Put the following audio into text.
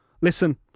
listen